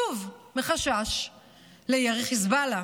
שוב, מחשש לירי חיזבאללה.